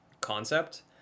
concept